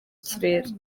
kirere